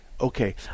Okay